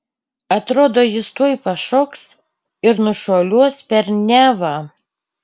atrodo jis tuoj pašoks ir nušuoliuos per nevą